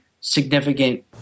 significant